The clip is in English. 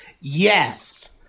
Yes